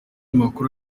makuru